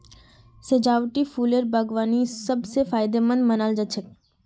सजावटी फूलेर बागवानी सब स फायदेमंद मानाल जा छेक